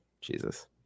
Jesus